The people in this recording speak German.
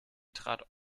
trat